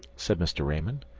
said mr. raymond.